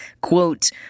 quote